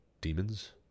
demons